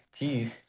Jeez